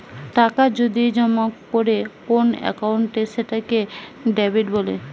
টাকা যদি জমা করে কোন একাউন্টে সেটাকে ডেবিট বলে